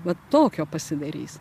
vat tokio pasidarys